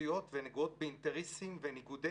שרירותיות ונגועות באינטרסים וניגודי